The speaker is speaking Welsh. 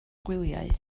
gwyliau